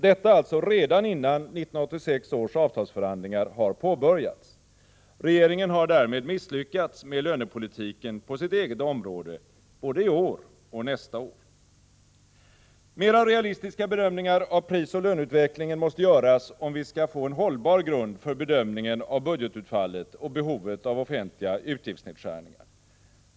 Detta alltså redan innan 1986 års avtalsförhandlingar har påbörjats. Regeringen har därmed misslyckats med lönepolitiken på sitt eget område både i år och nästa år. Mera realistiska bedömningar av prisoch löneutvecklingen måste göras, om vi skall få en hållbar grund för bedömningen av budgetutfallet och behovet av offentliga utgiftsnedskärningar.